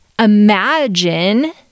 Imagine